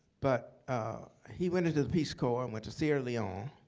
but he went into the peace corps and went to sierra leone.